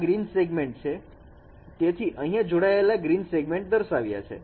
આ green segment છે તેથી અહીંયા જોડાયેલા ગ્રીન સેગમેન્ટ દર્શાવાયા છે